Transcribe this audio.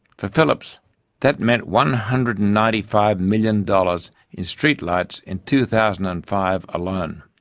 for philips that meant one hundred and ninety five million dollars in street lights in two thousand and five alone.